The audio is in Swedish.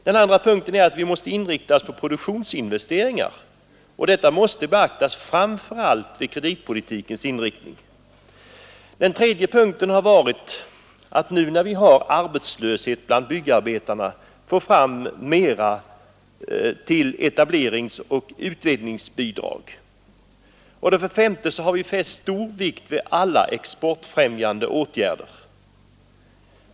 För det andra måste vi inrikta oss på produktionsinvesteringar, och detta måste beaktas framför allt vid kreditpolitikens inriktning. För det tredje bör vi nu när det förekommer arbetslöshet bland byggarbetarna få fram mera medel till etableringsoch utvidgningsbidrag. För det fjärde har vi fäst stor vikt vid alla exportfrämjande åtgärder.